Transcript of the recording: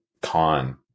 con